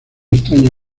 extraño